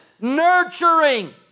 nurturing